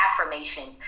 affirmations